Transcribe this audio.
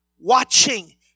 Watching